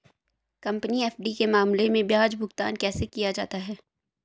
Company FD के मामले में ब्याज भुगतान कैसे किया जाता है?